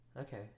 Okay